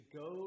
go